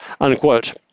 unquote